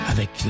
Avec